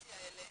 וחצי האלה